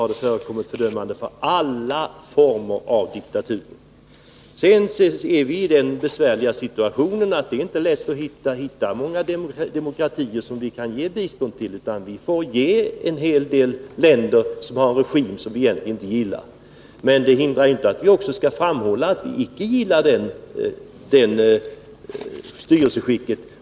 Där har förekommit fördömanden av alla former av diktatur. Sedan är vi i den besvärliga situationen att det inte är lätt att hitta många demokratier som vi kan ge bistånd till, utan vi får ge bistånd till en hel del länder med regimer som vi egentligen inte gillar. Men det hindrar inte att vi också framhåller att vi inte gillar styrelseskicket där.